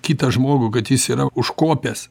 kitą žmogų kad jis yra užkopęs